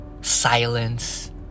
silence